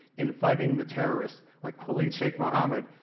in fighting the terrorists. like khaliq sheikh mohammed,